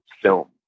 film